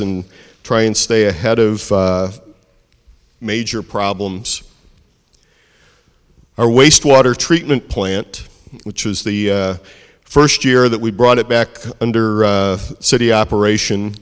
and try and stay ahead of major problems our wastewater treatment plant which was the first year that we brought it back under city operation